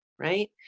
right